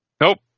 nope